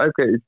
okay